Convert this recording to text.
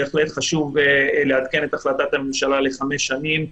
בהחלט חשוב לעדכן את החלטת הממשלה לחמש שנים,